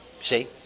See